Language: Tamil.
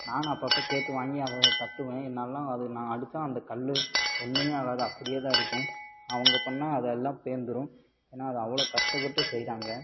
நானும் அப்பப்போ கேட்டு வாங்கி அதை தட்டுவேன் என்னாலேலாம் அது நான் அடித்தா அந்த கல் ஒன்றுமே ஆகாது அப்படியேதான் இருக்கும் அவங்க பண்ணால் அது எல்லாம் பேந்துடும் ஏன்னா அது அவ்வளோ கஷ்டப்பட்டு செய்கிறாங்க